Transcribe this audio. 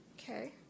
Okay